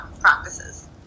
practices